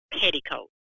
petticoat